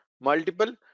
multiple